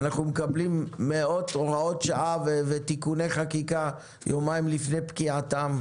אנחנו מקבלים מאות הוראות שעה ותיקוני חקיקה יומיים לפני פקיעתם,